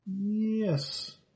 Yes